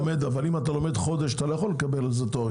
אבל אם אתה לומד חודש אתה לא יכול לקבל על זה תואר ראשון.